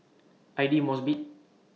Aidli Mosbit